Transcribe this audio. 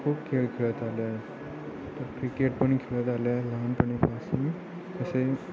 खूप खेळ खेळत आलो आहे तर क्रिकेट पण खेळत आलो आहे लहानपणीपासून असे